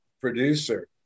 producer